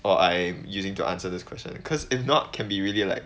or I am using to answer this question cause if not can be really like